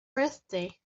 birthday